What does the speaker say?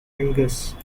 angus